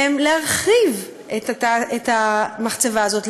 הן להרחיב את המחצבה הזאת,